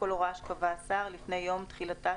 כפי שתראו - את החלטות